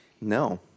No